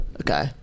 Okay